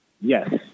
Yes